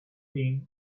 thing